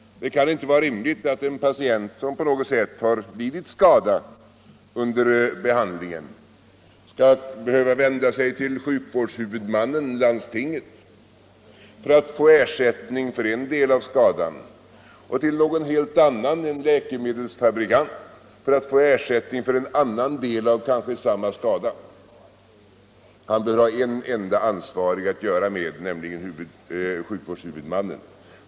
Det kan inte vara rimligt att en patient som på något sätt lidit skada Nr 81 under behandlingen skall behöva vända sig till sjukvårdshuvudmannen Torsdagen den — landstinget — för att få ersättning för en del av skadan och till någon 15 maj 1975 helt annan — en läkemedelsfabrikant — för att få ersättning för en annan del av kanske samma skada. Man bör ha en enda ansvarig att göra med, = Insyn, integritet, nämligen sjukvårdshuvudmannen.